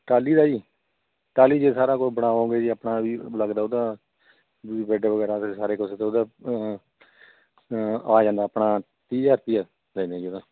ਟਾਹਲੀ ਦਾ ਜੀ ਟਾਹਲੀ ਜੇ ਸਾਰਾ ਕੁਝ ਬਣਾਓਗੇ ਜੀ ਆਪਣਾ ਵੀ ਲੱਗਦਾ ਉਹਦਾ ਵੀ ਬੈਡ ਵਗੈਰਾ 'ਤੇ ਸਾਰੇ ਕੁਝ ਅਤੇ ਉਹਦਾ ਆ ਜਾਂਦਾ ਆਪਣਾ ਤੀਹ ਹਜ਼ਾਰ ਰੁਪਈਆ ਪੈ ਜਾਂਦਾ ਜੀ ਉਹਦਾ